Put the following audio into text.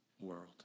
world